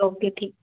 okay ठीक